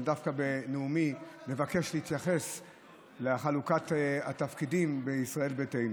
בנאומי אני דווקא מבקש להתייחס לחלוקת התפקידים בישראל ביתנו.